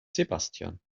sebastian